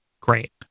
Great